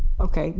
okay.